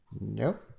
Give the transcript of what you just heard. Nope